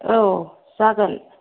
औ जागोन